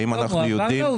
האם אנחנו יודעים --- לא,